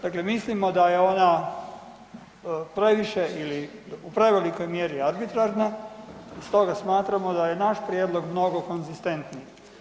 Dakle mislimo da je ona previše ili u prevelikoj mjeri arbitrarna i stoga smatramo da je naš prijedlog mnogo konzistentniji.